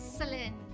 Excellent